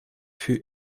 für